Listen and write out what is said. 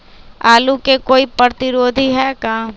आलू के कोई प्रतिरोधी है का?